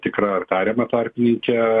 tikra ar tariama tarpininke